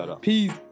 Peace